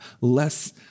less